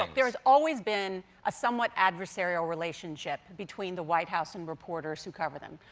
um there has always been a somewhat adversarial relationship between the white house and reporters who cover them.